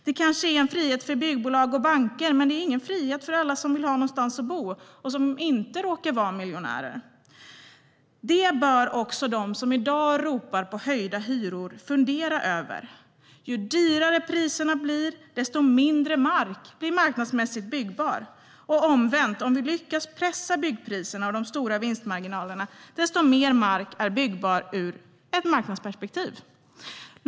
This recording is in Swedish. Det kanske är en frihet för byggbolag och banker, men det är ingen frihet för alla som vill ha någonstans att bo och som inte råkar vara miljonärer. Det bör också de som i dag ropar på höjda hyror fundera över. Ju högre priserna blir, desto mindre mark blir marknadsmässigt byggbar. Detsamma gäller omvänt: Lyckas vi pressa byggpriserna och de stora vinstmarginalerna blir mer mark byggbar ur ett marknadsperspektiv.